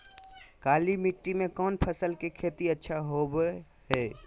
काली मिट्टी में कौन फसल के खेती अच्छा होबो है?